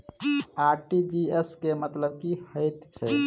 RTGS केँ मतलब की हएत छै?